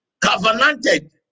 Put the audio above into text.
covenanted